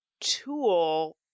tool